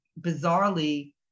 bizarrely